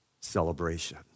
celebration